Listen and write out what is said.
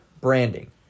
branding